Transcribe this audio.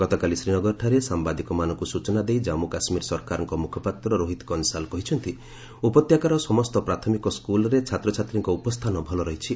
ଗକାଲି ଶ୍ରୀନଗରଠାରେ ସାମ୍ବାଦିକମାନଙ୍କୁ ସୂଚନା ଦେଇ ଜାନ୍ପୁ କାଶ୍ମୀର ସରକାରଙ୍କ ମୁଖପାତ୍ର ରୋହିତ କନ୍ସାଲ କହିଛନ୍ତି ଯେ ଉପତ୍ୟକାର ସମସ୍ତ ପ୍ରାଥମିକ ସ୍କୁଲ୍ରେ ଛାତ୍ରଛାତ୍ରୀଙ୍କ ଉପସ୍ଥାନ ଭଲ ରହିଛି